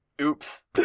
Oops